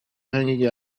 hanging